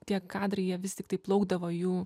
tie kadrai jie vis tiktai plaukdavo jų